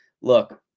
look